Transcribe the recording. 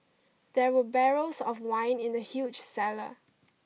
there were barrels of wine in the huge cellar